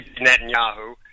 Netanyahu